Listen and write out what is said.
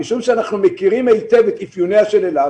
משום שאנחנו מכירים היטב את אפיוניה של אילת